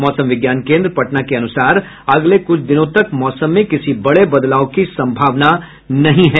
मौसम विज्ञान केन्द्र पटना के अनुसार अगले कुछ दिनों तक मौसम में किसी बड़े बदलाव की संभावना नहीं है